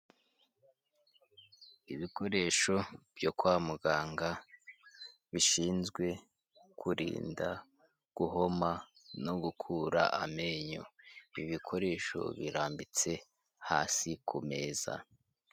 Ibikoresho byo kwa muganga bishinzwe kurinda, guhoma, no gukura amenyo. Ibi bikoresho birambitse hasi ku meza.